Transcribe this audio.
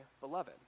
beloved